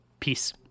Peace